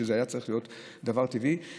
שזה היה צריך להיות דבר טבעי,